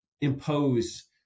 impose